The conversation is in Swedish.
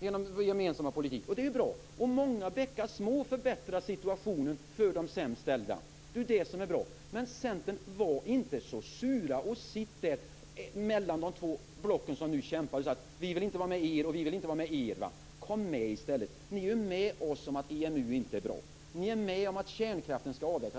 nu genom vår gemensamma politik. Det är bra. Många bäckar små förbättrar situationen för de sämst ställda. Det är det som är bra. Men, Centern, var inte så sura! Sitt inte där mellan de två block som nu kämpar och säg: Vi vill inte vara med er, och vi vill inte vara med er andra. Kom med i stället! Ni är ju med oss om att EMU inte är bra. Ni är med om att kärnkraften skall avvecklas.